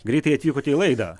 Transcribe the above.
greitai atvykote į laidą